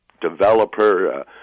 developer